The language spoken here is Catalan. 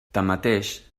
tanmateix